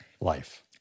life